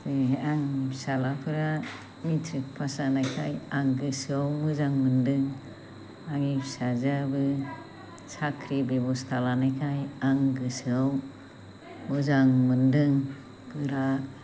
आंनि फिसालाफोरा matric pass जानायखाय आं गोसोआव मोजां मोनदों आंनि फिसाजोआबो साख्रि बेब'स्था लानायखाय आं गोसोआव मोजां मोनदों गोरा